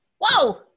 Whoa